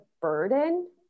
burden